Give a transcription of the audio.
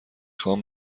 خوام